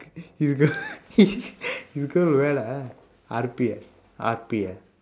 you go you go where lah R_P ah R_P ah